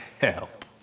help